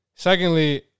Secondly